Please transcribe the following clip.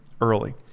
early